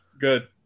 Good